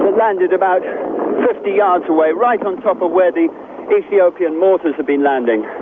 landed about fifty yards away, right on top of where the ethiopian mortars have been landing.